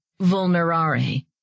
vulnerare